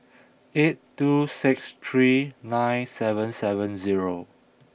eight two six three nine seven seven zero